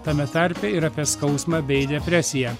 tame tarpe ir apie skausmą bei depresiją